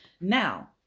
Now